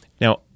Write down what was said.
Now